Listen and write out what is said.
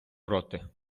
проти